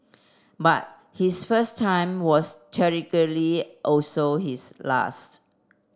but his first time was tragically also his last